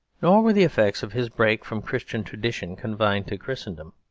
nor were the effects of his break from christian tradition confined to christendom